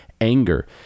anger